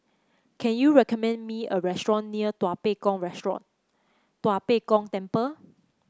can you recommend me a restaurant near Tua Pek Kong Restaurant Tua Pek Kong Temple